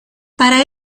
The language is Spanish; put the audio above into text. para